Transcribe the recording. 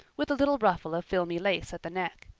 with a little ruffle of filmy lace at the neck.